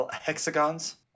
hexagons